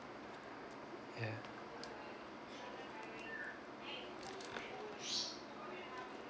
ya